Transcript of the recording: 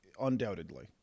Undoubtedly